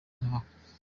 nkawe